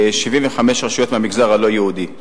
75 רשויות הן מהמגזר הלא-יהודי,